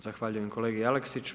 Zahvaljujem kolegi Aleksiću.